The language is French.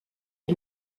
est